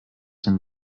dem